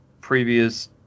previous